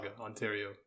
Ontario